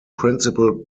principal